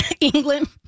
England